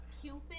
Cupid